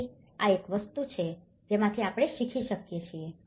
તેથી આ એક વસ્તુ છે જેમાંથી આપણે શીખી શકીએ છીએ